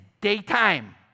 daytime